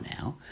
now